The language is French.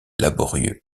laborieux